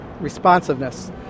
responsiveness